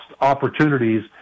opportunities